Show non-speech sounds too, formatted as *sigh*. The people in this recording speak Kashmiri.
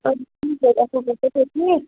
*unintelligible* ٹھیٖک پٲٹھۍ اَصٕل پٲٹھۍ *unintelligible* ٹھیٖک